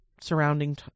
surrounding